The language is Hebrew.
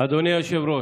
אדוני היושב-ראש,